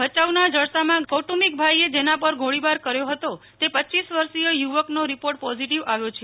ભચાઉના જડસામાં ગઈકાલે કોટુંબિક ભાઈએ જેના પર ગોળીબાર કર્યો હતો તે રપ વર્ષિય યુવકનો રિપોર્ટ પોઝીટીવ આવ્ય છે